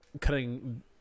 cutting